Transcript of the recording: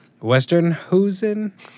Westernhosen